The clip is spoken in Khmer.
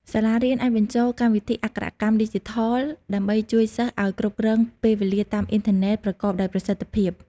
សាលារៀនអាចបញ្ចូលកម្មវិធីអក្ខរកម្មឌីជីថល ដើម្បីជួយសិស្សឱ្យគ្រប់គ្រងពេលវេលាតាមអ៊ីនធឺណិតប្រកបដោយប្រសិទ្ធភាព។